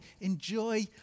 Enjoy